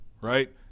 right